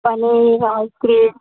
paneer ice cream